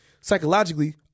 psychologically